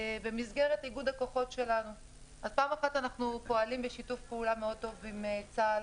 במסגרת איגוד הכוחות שלנו אנחנו פועלים בשיתוף פעולה טוב מאוד עם צה"ל